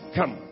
come